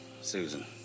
Susan